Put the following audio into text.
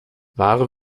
ware